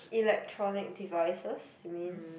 electronic devices you mean